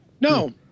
No